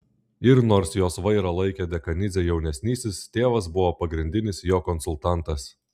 ir nors jos vairą laikė dekanidzė jaunesnysis tėvas buvo pagrindinis jo konsultantas